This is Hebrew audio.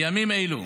בימים אלה,